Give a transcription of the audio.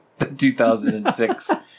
2006